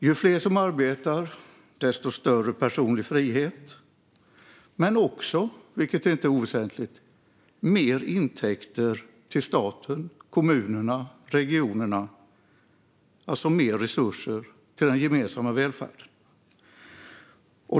Ju fler som arbetar, desto större personlig frihet och, vilket inte är oväsentligt, desto mer intäkter till staten, kommunerna och regionerna - alltså mer resurser till den gemensamma välfärden.